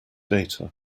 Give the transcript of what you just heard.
data